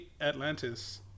Atlantis